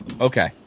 okay